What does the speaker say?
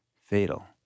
fatal